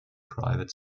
private